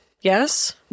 Yes